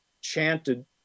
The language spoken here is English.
chanted